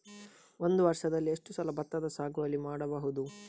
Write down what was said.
ಒಂದು ವರ್ಷದಲ್ಲಿ ಎಷ್ಟು ಸಲ ಭತ್ತದ ಸಾಗುವಳಿ ಮಾಡಬಹುದು?